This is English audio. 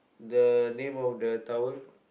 the name of the towel